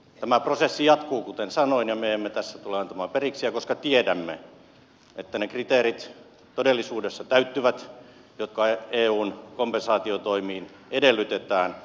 tämä prosessi jatkuu kuten sanoin ja me emme tässä tule antamaan periksi koska tiedämme että ne kriteerit jotka eun kompensaatiotoimiin edellytetään todellisuudessa täyttyvät